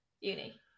uni